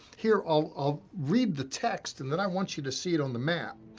here, i'll read the text, and then i want you to see it on the map.